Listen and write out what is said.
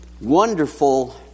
wonderful